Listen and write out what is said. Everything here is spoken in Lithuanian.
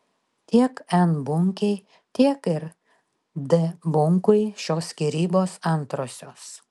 tiek n bunkei tiek ir d bunkui šios skyrybos antrosios